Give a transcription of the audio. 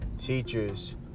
teachers